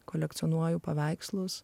kolekcionuoju paveikslus